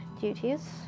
duties